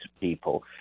people